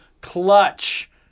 clutch